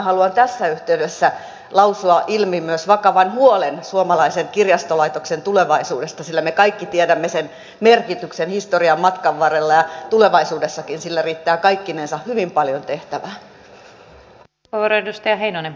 haluan tässä yhteydessä lausua ilmi myös vakavan huolen suomalaisen kirjastolaitoksen tulevaisuudesta sillä me kaikki tiedämme sen merkityksen historian matkan varrella ja tulevaisuudessakin sillä riittää kaikkinensa hyvin paljon tehtävää